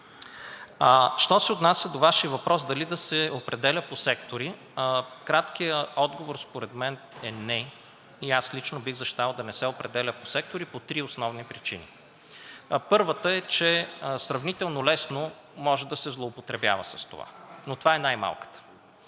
Що се отнася до Вашия въпрос дали да се определя по сектори. Краткият отговор според мен е не и аз лично бих защитавал да не се определя по сектори по три основни причини. Първата е, че сравнително лесно може да се злоупотребява с това, но това е най-малката.